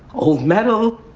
old metal